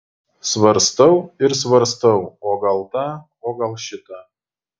svarstau ir svarstau o gal tą o gal šitą